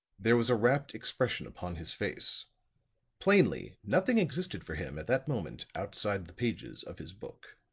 there was a rapt expression upon his face plainly nothing existed for him at that moment outside the pages of his book.